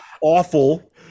awful